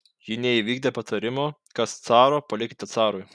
ji neįvykdė patarimo kas caro palikite carui